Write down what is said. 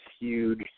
huge